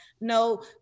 no